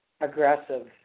aggressive